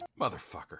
Motherfucker